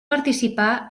participar